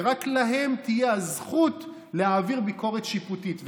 ורק להם תהיה הזכות להעביר ביקורת שיפוטית.